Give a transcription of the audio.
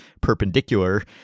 perpendicular